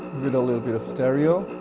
little little bit of stereo